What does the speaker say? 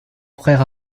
frères